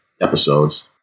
episodes